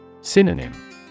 Synonym